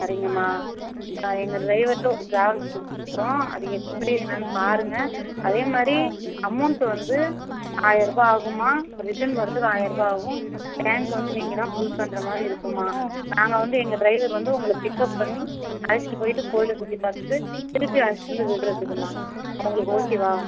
சரிங்கம்மா அப்புறம் எங்கள் ட்ரைவர்கிட்ட உங்கள் ட்ராவல் அது எப்படி என்னன்னு பாருங்கள் அதேமாதிரி அமௌண்ட்டு வந்து ஆயர்ரூபா ஆகும்மா ரிட்டன் வரதுக்கு ஆயர்ரூபா ஆகும் டேங்க் வந்து நீங்க தான் ஃபுல் பண்ணுற மாதிரி இருக்கும்மா நாங்கள் வந்து எங்கள் ட்ரைவர் வந்து உங்களை பிக்அப் பண்ணி அழைச்சிட்டு போய்விட்டு கோயிலை சுற்றிப் பார்த்துட்டு திருப்பி அழைச்சிகிட்டு வந்து விடுறதுக்கும்மா உங்களுக்கு ஓகேவா